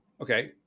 Okay